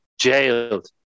jailed